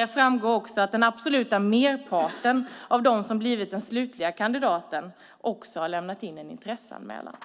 Det framgår också att den absoluta merparten av dem som blivit slutliga kandidater har lämnat in en intresseanmälan.